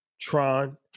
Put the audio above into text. Tron